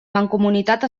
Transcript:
mancomunitat